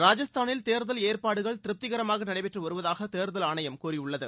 ராஜஸ்தானில் தேர்தல் ஏற்பாடுகள் திருப்திகரமாக நடைபெற்றுவருவதாக தேர்தல் ஆணையம் கூறியுள்ளது